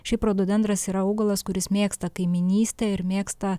šiaip rododendras yra augalas kuris mėgsta kaimynystę ir mėgsta